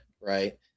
right